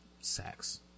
sex